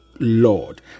Lord